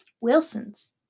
Wilson's